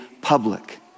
public